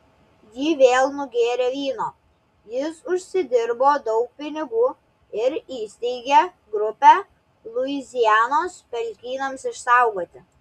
ji vėl nugėrė vyno jis užsidirbo daug pinigų ir įsteigė grupę luizianos pelkynams išsaugoti